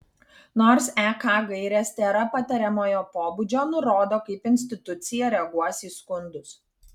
nors ek gairės tėra patariamojo pobūdžio nurodo kaip institucija reaguos į skundus